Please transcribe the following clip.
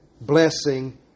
blessing